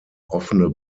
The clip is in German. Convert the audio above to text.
offene